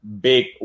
big